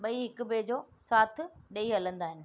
ॿई हिकु ॿिए जो साथ ॾेई हलंदा आहिनि